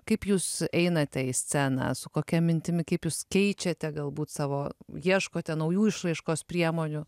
kaip jūs einate į sceną su kokia mintimi kaip jūs keičiate galbūt savo ieškote naujų išraiškos priemonių